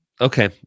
Okay